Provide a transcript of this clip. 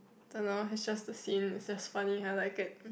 don't know it's just the scene it's just funny I like it